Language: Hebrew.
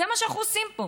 זה מה שאנחנו עושים פה,